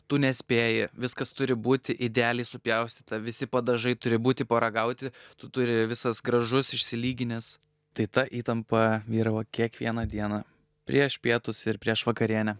tu nespėji viskas turi būti idealiai supjaustyta visi padažai turi būti paragauti tu turi visas gražus išsilyginęs tai ta įtampa vyravo kiekvieną dieną prieš pietus ir prieš vakarienę